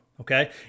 Okay